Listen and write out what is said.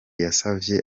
yasavye